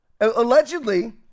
Allegedly